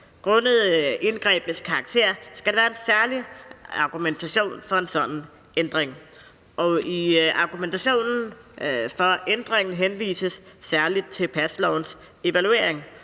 Grundet indgrebenes karakter skal der en særlig argumentation til for en sådan ændring, og i argumentationen for ændringen henvises særlig til paslovens evaluering.